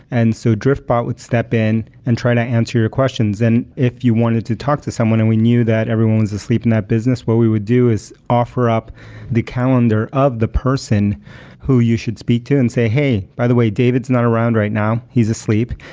and so drift bought would step in and try to answer your questions. and if you wanted to talk to someone and we knew that everyone was asleep in that business, what we would do is offer up the calendar of the person who you should speak to and say, hey, by the way david's not around right now. he's asleep.